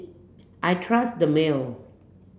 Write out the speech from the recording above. I trust Dermale